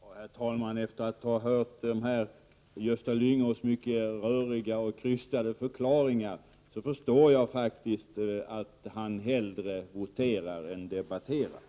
Herr talman! Efter att ha hört Gösta Lyngås mycket röriga och krystade förklaringar förstår jag faktiskt att han hellre voterar än debatterar.